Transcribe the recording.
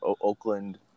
Oakland